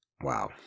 Wow